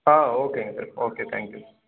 ஆ ஓகேங்க sir okay thank you